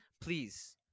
Please